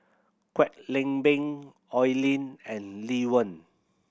Kwek Leng Beng Oi Lin and Lee Wen